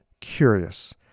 curious